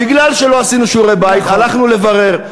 בגלל שלא עשינו שיעורי בית, הלכנו לברר.